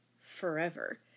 forever